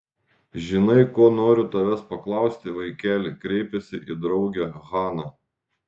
žinai ko noriu tavęs paklausti vaikeli kreipėsi į draugę hana